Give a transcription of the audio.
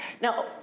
Now